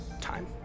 time